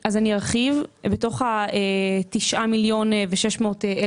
ההחלטה הקודמת הייתה על 4 מיליון שקלים,